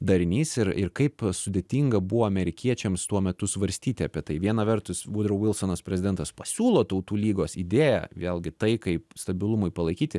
darinys ir ir kaip sudėtinga buvo amerikiečiams tuo metu svarstyti apie tai viena vertus vudrau vuilsonas prezidentas pasiūlo tautų lygos idėją vėlgi taikai stabilumui palaikyti